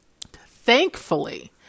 thankfully